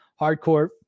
hardcore